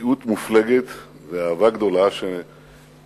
בקיאות מופלגת ואהבה גדולה שניתנה